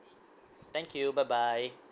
thank you bye bye